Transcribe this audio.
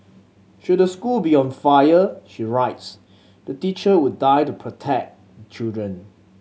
should the school be on fire she writes the teacher would die to protect children